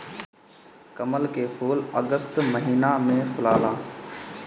कमल के फूल अगस्त महिना में फुलाला